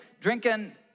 drinking